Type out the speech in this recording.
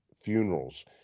funerals